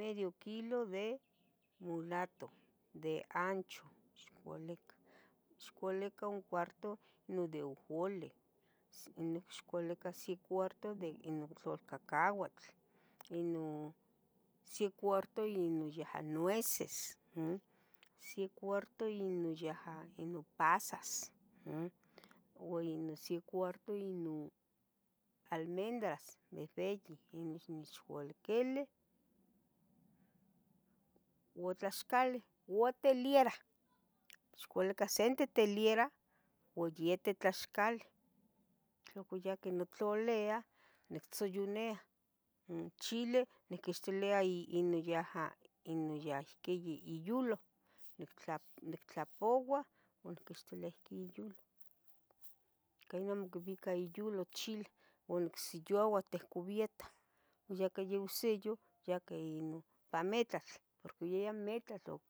medio kilo de mulato de hancho ixcualica, ixcualica un cuarto no de ujolin, ssnoiuqui ixcualica se cuarto de inon tlaolcacahuatl, inon se cuarto inon yaha nueces, ujum se cuarto inon yaha pasas, ujum ua inon se cuarto inon almendras behbeyi, inon ixnechualiquili ua tlaxcali u teliera ixcualica sente teliera ua iete tlaxcali tlaocoyaqui notlaolea nictzoyunia, inchile niquixtilia ino yaha inon iquii iyulu nictla nictlapouah ua nicquixtilia ihqui iyulu, ica inon amo quipia iyulu chile uan nicsiyaua ihtec cubieta uan yahca oisiyou yahca inon ipa metlatl porque yah metlatl